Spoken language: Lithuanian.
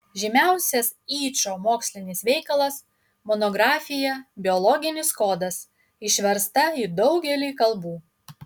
žymiausias yčo mokslinis veikalas monografija biologinis kodas išversta į daugelį kalbų